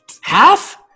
Half